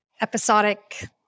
episodic